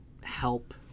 help